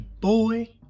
boy